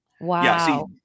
Wow